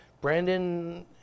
Brandon